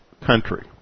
country